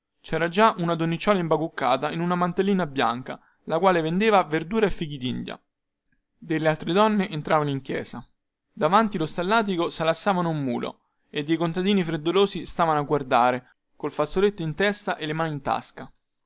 cera già una donnicciuola imbacuccata in una mantellina bianca la quale vendeva verdura e fichidindia delle altre donne entravano in chiesa davanti lo stallatico salassavano un mulo e dei contadini freddolosi stavano a guardare col fazzoletto in testa e le mani in tasca